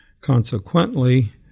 consequently